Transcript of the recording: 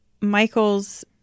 Michael's